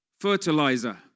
fertilizer